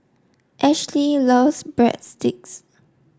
Ashli loves Breadsticks